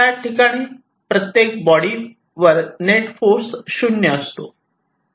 त्या ठिकाणी प्रत्येक बॉडीवर नेट फोर्स 0 असतो